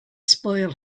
spoil